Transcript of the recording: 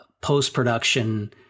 post-production